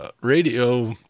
Radio